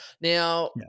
now